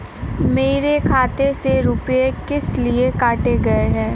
मेरे खाते से रुपय किस लिए काटे गए हैं?